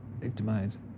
victimize